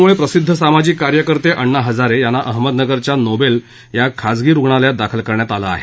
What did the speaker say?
अशक्तपणामुळे प्रसिद्ध सामाजिक कार्यकर्ते अण्णा हजारे यांना अहमदनगरच्या नोबेल या खाजगी रुग्णालयात दाखल करण्यात आलं आहे